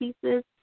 pieces